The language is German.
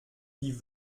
die